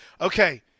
Okay